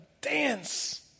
dance